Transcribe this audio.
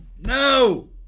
No